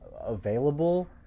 available